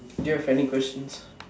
do you have any questions